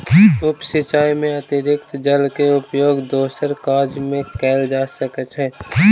उप सिचाई में अतरिक्त जल के उपयोग दोसर काज में कयल जा सकै छै